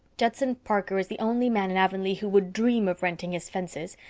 judson parker is the only man in avonlea who would dream of renting his fences,